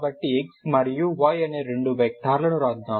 కాబట్టి x మరియు y అనే రెండు వెక్టర్లను వ్రాద్దాం